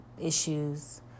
issues